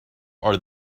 are